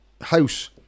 house